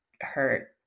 hurt